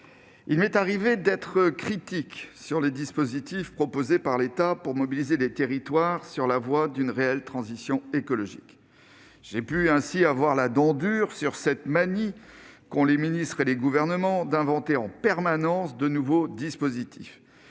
il m'est arrivé d'être critique sur les dispositifs proposés par l'État pour mobiliser les territoires sur la voie d'une réelle transition écologique. J'ai ainsi pu avoir la dent dure sur cette manie qu'ont les ministres et les gouvernements d'inventer en permanence de nouveaux dispositifs.